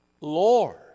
Lord